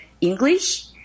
English